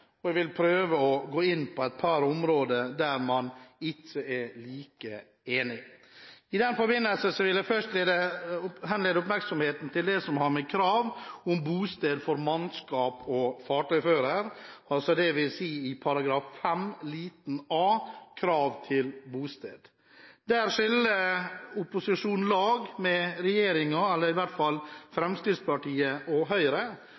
og jeg vil prøve å gå inn på et par områder der man ikke er like enig. I den forbindelse vil jeg først henlede oppmerksomheten til det som har med krav om bosted for mannskap og fartøyfører å gjøre, dvs. § 5 a, Krav til bosted. Der skiller opposisjonen – i hvert fall Fremskrittspartiet og Høyre